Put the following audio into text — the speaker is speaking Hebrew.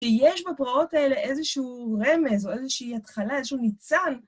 שיש בפרעות האלה איזשהו רמז או איזושהי התחלה, איזשהו ניצן.